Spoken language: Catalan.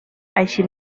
així